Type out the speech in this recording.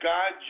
God